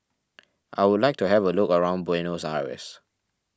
I would like to have a look around Buenos Aires